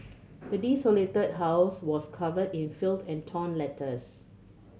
the desolated house was covered in filth and torn letters